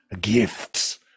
gifts